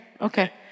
okay